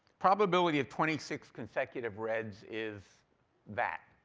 probability of twenty six consecutive reds is that.